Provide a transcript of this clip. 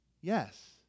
Yes